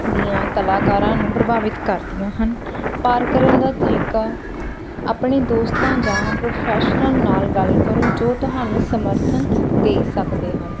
ਦੀਆਂ ਕਲਾਕਾਰਾਂ ਨੂੰ ਪ੍ਰਭਾਵਿਤ ਕਰਦੀਆਂ ਹਨ ਪਾਰ ਕਰਨ ਦਾ ਤਰੀਕਾ ਆਪਣੇ ਦੋਸਤਾਂ ਜਾਂ ਪ੍ਰੋਫੈਸ਼ਨਲ ਨਾਲ ਗੱਲ ਕਰੋ ਜੋ ਤੁਹਾਨੂੰ ਸਮਰਥਨ ਦੇ ਸਕਦੇ ਹਨ